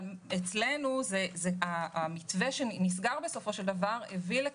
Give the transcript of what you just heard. אצלנו המתווה שנסגר בסופו של דבר הביא,